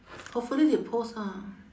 hopefully they post ah